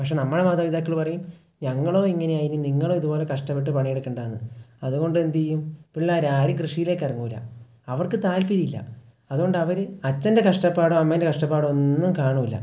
പക്ഷെ നമ്മുടെ മാതാപിതാക്കൾ പറയും ഞങ്ങളോ ഇങ്ങനെ ആയി ഇനി നിങ്ങളോ ഇതുപോലെ കഷ്ടപ്പെട്ടു പണി എടുക്കേണ്ട എന്ന് അതുകൊണ്ട് എന്ത് ചെയ്യും പിള്ളേർ ആരും കൃഷിയിലേക്ക് ഇറങ്ങില്ല അവർക്ക് താല്പ്പര്യം ഇല്ല അതുകൊണ്ട് അവർ അച്ഛൻ്റെ കഷ്ടപ്പാടോ അമ്മേൻ്റെ കഷ്ടപ്പാടോ ഒന്നും കാണില്ല